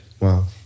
Wow